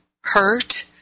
hurt